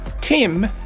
Tim